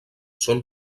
són